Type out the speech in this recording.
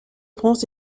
bronze